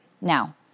Now